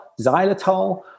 xylitol